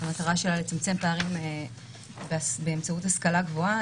שמטרתה לצמצם פערים באמצעות השכלה גבוהה.